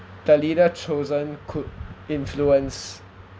the leader chosen could influence